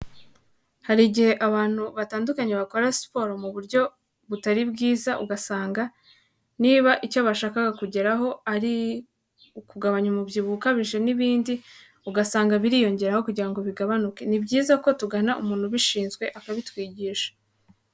Hari igihe abantu batandukanye bakora siporo mu buryo butari bwiza, ugasanga niba icyo bashakaga kugeraho ari ukugabanya umubyibuho ukabije n'ibindi, ugasanga biriyongeraho kugira ngo bigabanuke ni byiza ko tugana umuntu ubishinzwe akabitwigisha.